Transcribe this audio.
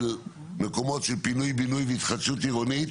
של מקומות של פינוי בינוי והתחדשות עירונית